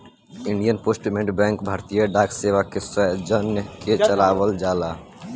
Indian post payment bank भारतीय डाक सेवा के सौजन्य से चलावल जाला